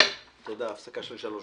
בשעה 15:12